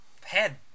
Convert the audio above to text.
head